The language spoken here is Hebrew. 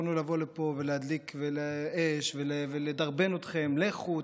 יכולנו לבוא לפה ולהדליק אש ולדרבן אתכם: לכו,